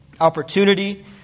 opportunity